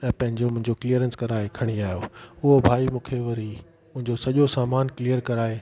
ऐं पंहिंजो मुंहिंजो क्लीअरेंस कराए खणी आहियो उहो भई मूंखे वरी मूंखे सॼो सामान क्लीअर कराए